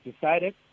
decided